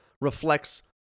reflects